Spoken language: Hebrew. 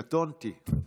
קטונתי.